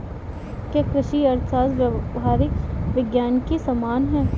क्या कृषि अर्थशास्त्र व्यावहारिक विज्ञान के समान है?